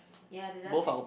ya did I